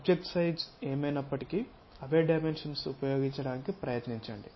object size ఏమైనప్పటికీ అవే dimensions ఉపయోగించడానికి ప్రయత్నించండి